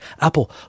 Apple